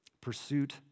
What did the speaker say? Pursuit